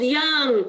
young